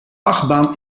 achtbaan